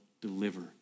deliver